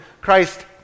Christ